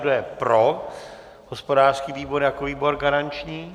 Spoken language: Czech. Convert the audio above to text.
Kdo je pro hospodářský výbor jako výbor garanční?